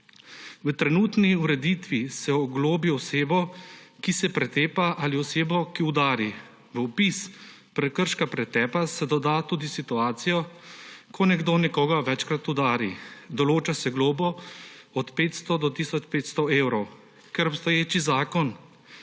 V trenutni ureditvi se oglobi osebo, ki se pretepa, ali osebo, ki udari. V opis prekrška pretepa se doda tudi situacijo, ko nekdo nekoga večkrat udari. Določa se globo od 500 do tisoč 500 evrov. Ker obstoječi zakon